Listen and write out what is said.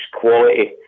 quality